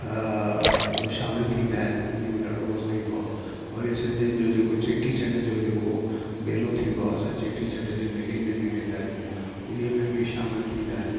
बि शामिल थींदा आहिनि उन में ॾाढो मज़ो ईंदो आहे वरी सिंधियुनि जो जेको चेटीचंड जो जेको मेलो थींदो आहे असां चेटीचंड जे मेले में वेंदा आहियूं उन में बि शामिल थींदा आहियूं